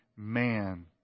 man